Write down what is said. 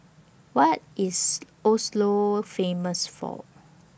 What IS Oslo Famous For